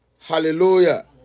Hallelujah